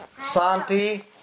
Santi